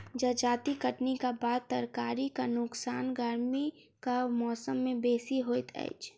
जजाति कटनीक बाद तरकारीक नोकसान गर्मीक मौसम मे बेसी होइत अछि